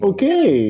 Okay